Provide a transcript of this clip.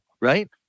right